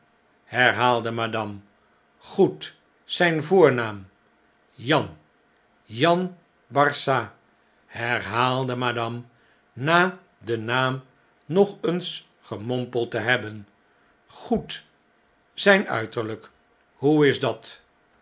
herhaalde madame goed zjjnvoornaam jan jan barsad herhaalde madame na den naam nog eens gemompeld te hebben goed zyn uiterlp hoe is dat